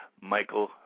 Michael